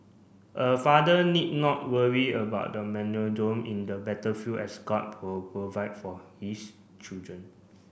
a father need not worry about the in the battlefield as God will provide for his children